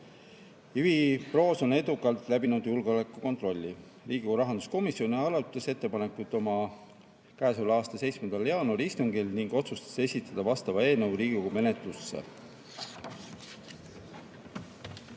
Ivi Proos on edukalt läbinud julgeolekukontrolli. Riigikogu rahanduskomisjon arutas ettepanekut oma käesoleva aasta 7. jaanuari istungil ning otsustas esitada vastava eelnõu Riigikogu menetlusse.